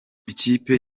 ikipe